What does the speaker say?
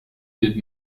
did